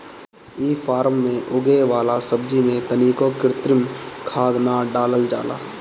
इ फार्म में उगे वाला सब्जी में तनिको कृत्रिम खाद ना डालल जाला